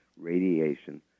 radiation